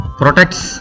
protects